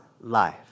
life